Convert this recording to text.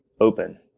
open